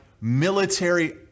military